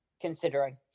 considering